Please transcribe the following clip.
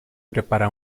prepara